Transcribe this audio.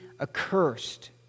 accursed